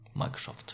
microsoft